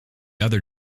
other